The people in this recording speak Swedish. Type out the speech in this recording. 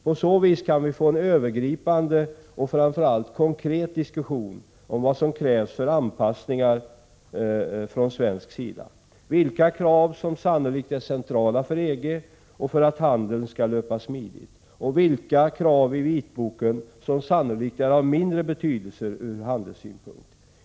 På så vis kan vi få en övergripande och framför allt konkret diskussion om vilka anpassningar som krävs från svensk sida, vilka krav som sannolikt är centrala för EG och för att handeln skall löpa smidigt samt vilka krav i vitboken som sannolikt är av mindre betydelse ur handelssynpunkt.